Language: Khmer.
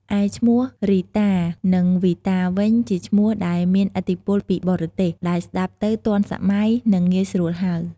ឯឈ្មោះរីតានិងវីតាវិញ ជាឈ្មោះដែលមានឥទ្ធិពលពីបរទេស ដែលស្តាប់ទៅទាន់សម័យ និងងាយស្រួលហៅ។